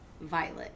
violet